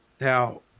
now